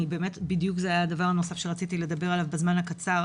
בדיוק זה היה הדבר הנוסף שרציתי לדבר עליו בזמן הקצר,